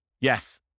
Yes